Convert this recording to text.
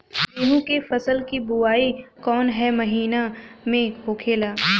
गेहूँ के फसल की बुवाई कौन हैं महीना में होखेला?